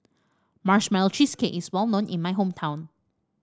Marshmallow Cheesecake is well known in my hometown